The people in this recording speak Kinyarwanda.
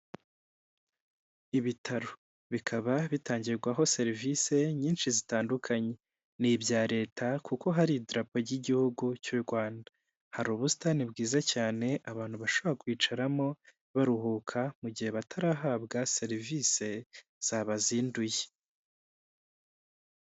Ibitaro bikaba bitangirwaho serivisi nyinshi zitandukanye, ni ibya leta kuko hari idarapo ry'igihugu cy'u Rwanda, hari ubusitani bwiza cyane abantu bashobora kwicaramo baruhuka mu gihe batarahabwa serivisi zabazinduye.